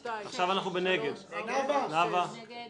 6 נמנעים, אין הרביזיה